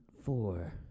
four